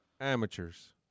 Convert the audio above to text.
Amateurs